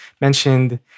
mentioned